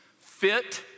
Fit